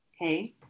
Okay